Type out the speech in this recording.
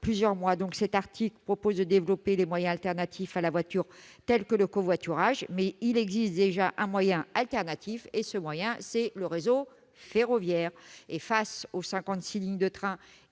mois. Cet article vise à développer les moyens alternatifs à la voiture, tel que le covoiturage. Mais il existe déjà un moyen alternatif, à savoir le réseau ferroviaire. Face aux 56 lignes de train et